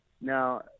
Now